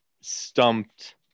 stumped